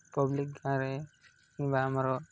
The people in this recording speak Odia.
ପବ୍ଲିକ୍ ଗାଁରେ କିମ୍ବା ଆମର